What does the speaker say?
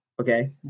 Okay